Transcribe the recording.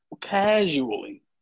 casually